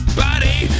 body